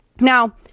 Now